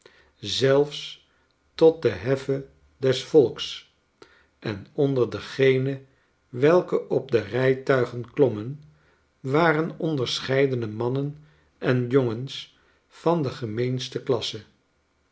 zelfs tot de heffe des volks en onder degenen welke op de rijtuigen klommen waren onderscheidene mannen en jongens van de gemeenste klasse